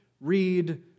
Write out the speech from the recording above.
read